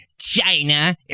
China